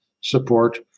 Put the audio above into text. support